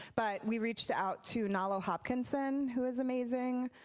but we reached out to nalo hopkinson who is amazing,